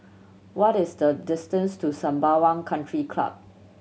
what is the distance to Sembawang Country Club